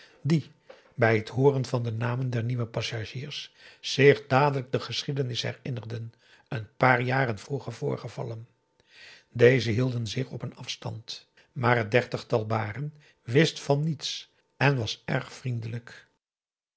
die bij het hooren van de namen der nieuwe passagiers zich dadelijk de geschiedenis herinnerden een paar jaren vroeger voorgevallen deze hielden zich op een afstand maar het dertigtal baren wist van niets en was erg vriendelijk